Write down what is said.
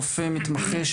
רופא מתמחה,